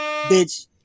Bitch